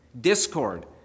discord